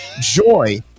Joy